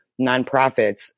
nonprofits